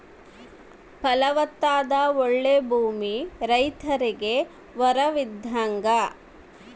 ಫಲವತ್ತಾದ ಓಳ್ಳೆ ಭೂಮಿ ರೈತರಿಗೆ ವರವಿದ್ದಂಗ